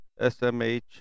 SMH